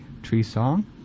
Treesong